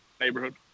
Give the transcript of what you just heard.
neighborhood